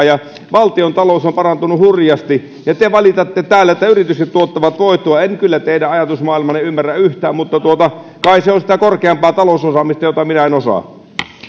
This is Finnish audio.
ja valtiontalous on on parantunut hurjasti ja te valitatte täällä sitä että yritykset tuottavat voittoa en kyllä teidän ajatusmaailmaanne ymmärrä yhtään mutta kai se on sitä korkeampaa talousosaamista jota minä en osaa